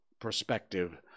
perspective